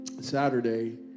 Saturday